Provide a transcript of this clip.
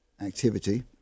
activity